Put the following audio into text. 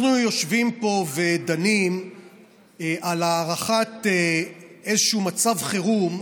אנחנו יושבים פה ודנים על הארכת איזשהו מצב חירום.